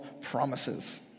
promises